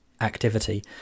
activity